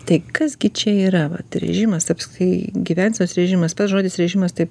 tai kas gi čia yra vat režimas apskritai gyvensenos režimas pats žodis režimas taip